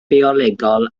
biolegol